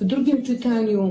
W drugim czytaniu